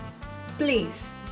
Please